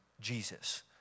Jesus